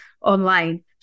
online